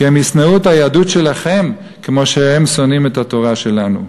כי הם ישנאו את היהדות שלכם כמו שהם שונאים את התורה שלנו.